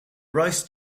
rice